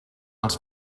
els